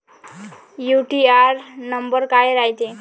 UTR number काय रायते?